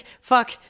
fuck